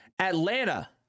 Atlanta